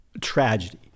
tragedy